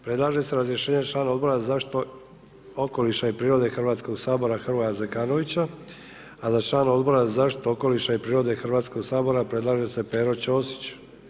Predlaže se razrješenje člana Odbora za zaštitu okoliša i prirode Hrvatskog sabora Hrvoja Zekanovića a za člana Odbora za zaštitu okoliša i prirode Hrvatskog sabora predlaže se Pero Ćosić.